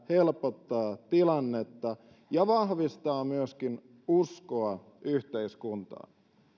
helpottaa tilannetta ja vahvistaa myöskin uskoa yhteiskuntaan